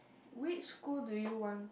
which school do you want